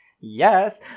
Yes